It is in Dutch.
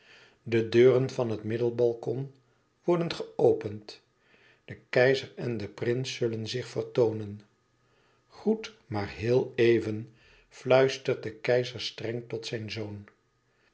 de deuren van het middenbalkon worden geopend de keizer en de prins zullen zich vertoonen groet maar héel even fluistert de keizer streng tot zijn zoon